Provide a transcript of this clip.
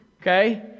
Okay